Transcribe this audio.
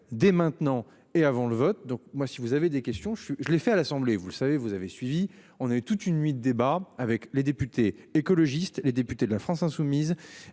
dès maintenant et avant le vote. Donc moi, si vous avez des questions, je suis, je l'ai fait à l'Assemblée, vous le savez, vous avez suivi, on est toute une nuit de débats avec les députés écologistes, les députés de la France insoumise.